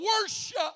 worship